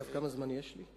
אגב, כמה זמן יש לי?